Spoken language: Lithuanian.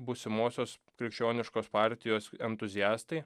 būsimosios krikščioniškos partijos entuziastai